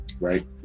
right